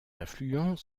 affluents